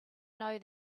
know